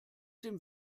dem